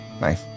Nice